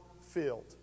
field